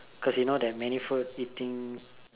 cause you know there are many food eating